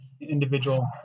individual